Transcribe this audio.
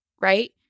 right